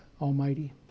Almighty